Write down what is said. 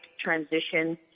transition